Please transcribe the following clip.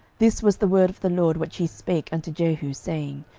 this was the word of the lord which he spake unto jehu, saying,